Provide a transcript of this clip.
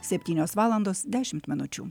septynios valandos dešim minučių